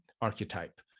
archetype